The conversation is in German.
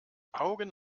augen